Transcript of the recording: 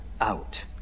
out